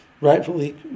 rightfully